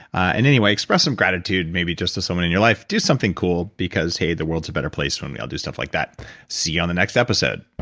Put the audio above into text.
and anyway, express some gratitude, maybe just to someone in your life. do something cool, because hey, the world's a better place when we all do stuff like that see you on the next episode